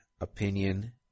opinion